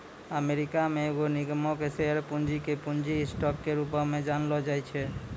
America मे एगो निगमो के शेयर पूंजी के पूंजी स्टॉक के रूपो मे जानलो जाय छै